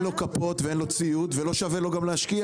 כפות ואין לו ציוד ולא שווה לו להשקיע